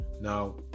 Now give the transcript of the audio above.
Now